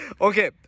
Okay